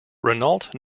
renault